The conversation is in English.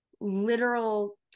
literal